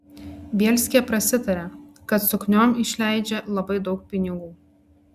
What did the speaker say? bielskė prasitarė kad sukniom išleidžia labai daug pinigų